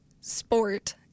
sport